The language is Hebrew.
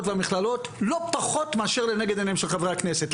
והמכללות לא פחות מאשר לנגד עיניהם של חברי הכנסת.